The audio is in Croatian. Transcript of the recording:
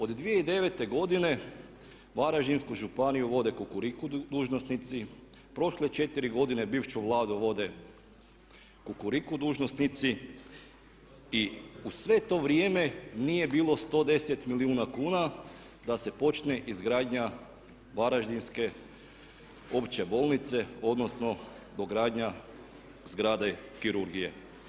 Od 2009. godine Varaždinsku županiju vode Kukuriku dužnosnici, prošle 4 godine bivšu Vladu vode Kukuriku dužnosnici i u sve to vrijeme nije bilo 110 milijuna kuna da se počne izgradnja Varaždinske opće bolnice odnosno dogradnja zgrade kirurgije.